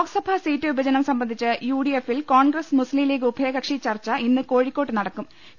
Lok Sabha seat വിഭജനം സംബന്ധിച്ച് U D എഫിൽ കോൺഗ്രസ് മുസ്തീംലീഗ് ഉഭയകക്ഷി ചർച്ച ഇന്ന് കോഴിക്കോട്ട് നടക്കുമെന്ന് റിപ്പോർട്ട്